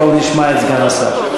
בואו נשמע את סגן השר.